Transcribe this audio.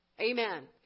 Amen